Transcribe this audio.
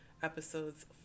episodes